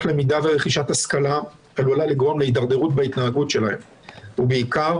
למידה ורכישת השכלה עלולה לגרום להידרדרות בהתנהגות שלהם; ובעיקר,